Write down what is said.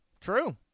true